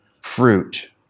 fruit